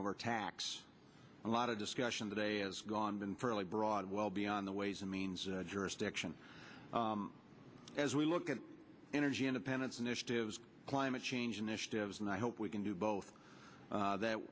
over tax a lot of discussion today as gone been fairly broad well beyond the ways and means jurisdiction as we look at energy independence initiatives climate change initiatives and i hope we can do both that